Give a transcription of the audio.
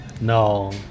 no